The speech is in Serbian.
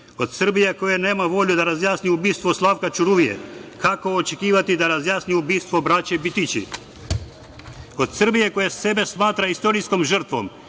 Od Srbije koja nema volju da razjasni ubistvo Slavka Ćuruvije, kako očekivati da razjasni ubistvo braće Bitići? Od Srbije koja sebe smatra istorijskom žrtvom